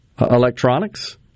electronics